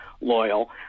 loyal